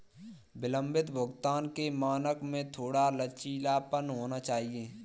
विलंबित भुगतान के मानक में थोड़ा लचीलापन होना चाहिए